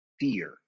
fear